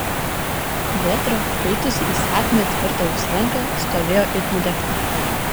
vėtra pajutusi įsakmią tvirtą jos ranką stovėjo it nudiegta